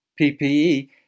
PPE